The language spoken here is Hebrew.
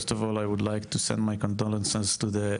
קודם כל אני רוצה לשלוח את תנחומיי לקהילה היהודית